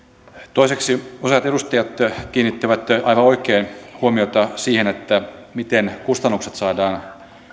toiseksi useat edustajat kiinnittivät aivan oikein huomiota siihen miten kustannukset saadaan